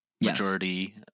majority